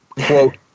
quote